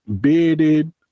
bearded